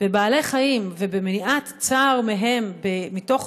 בבעלי חיים ובמניעת צער מהם, מתוך